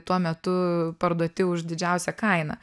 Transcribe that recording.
tuo metu parduoti už didžiausią kainą